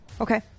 Okay